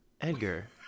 Edgar